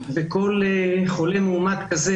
כל אחד במעמדו,